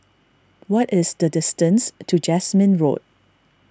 what is the distance to Jasmine Road